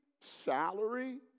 Salary